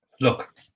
look